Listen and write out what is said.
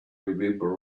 remember